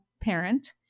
parent